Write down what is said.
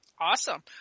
Awesome